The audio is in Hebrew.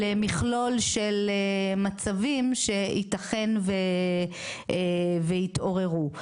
למכלול של מצבים שייתכן והתעוררו.